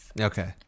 okay